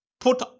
Put